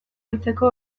heltzeko